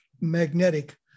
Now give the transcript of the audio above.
magnetic